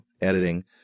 editing